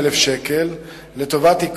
הנחיות השירותים הווטרינריים לגבי אופן המתת